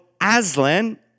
Aslan